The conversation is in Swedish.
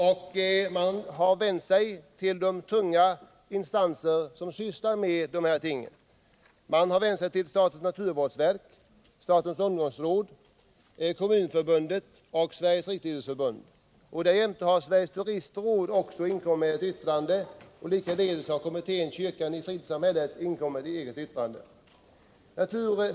Utskottet har vänt sig till de tunga instanser som sysslar med dessa ting: statens naturvårdsverk, statens ungdomsråd, Kommunförbundet och Sveriges riksidrottsförbund. Därjämte har Sveriges turistråd och Kommittén kyrkan i fritidssamhället inkommit med egna yttranden.